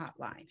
Hotline